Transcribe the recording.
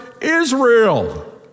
Israel